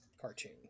cartoon